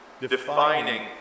Defining